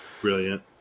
Brilliant